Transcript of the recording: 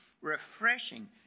refreshing